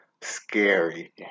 scary